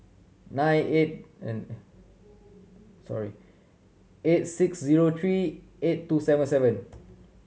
nine eight sorry eight six zero three eight two seven seven